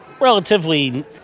relatively